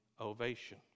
ovation